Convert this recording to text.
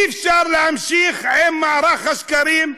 אי-אפשר להמשיך עם מערך השקרים,